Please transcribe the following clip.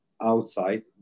outside